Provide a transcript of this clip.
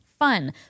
fun